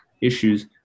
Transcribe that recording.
issues